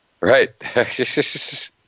Right